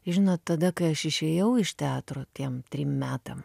žinot tada kai aš išėjau iš teatro tiem trim metam